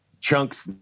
chunks